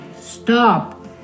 Stop